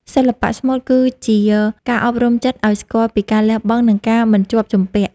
សិល្បៈស្មូតគឺជាការអប់រំចិត្តឱ្យស្គាល់ពីការលះបង់ និងការមិនជាប់ជំពាក់។